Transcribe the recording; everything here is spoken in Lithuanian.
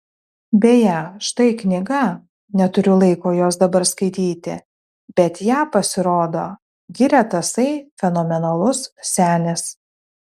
beje štai knyga neturiu laiko jos dabar skaityti bet ją pasirodo giria tasai fenomenalus senis